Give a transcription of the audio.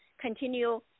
continue